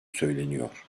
söyleniyor